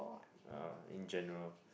uh in general